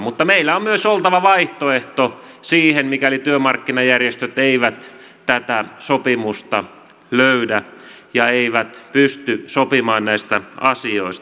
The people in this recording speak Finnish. mutta meillä on myös oltava vaihtoehto siihen mikäli työmarkkinajärjestöt eivät tätä sopimusta löydä ja eivät pysty sopimaan näistä asioista